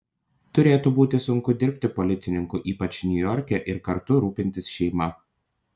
turėtų būti sunku dirbti policininku ypač niujorke ir kartu rūpintis šeima